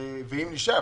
ואם נשאר?